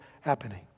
happening